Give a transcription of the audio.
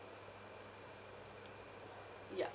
ya